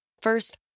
First